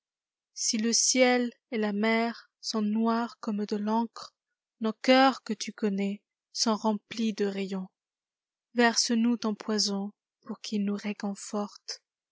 si le ciel et la mer sont noirs comme de tencre nos cœurs que tu connais sont remplis de rayons verse nous ton poison pour qu'il nous réconiorte